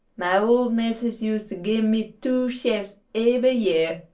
my old missus us't gib me two shifes eber year.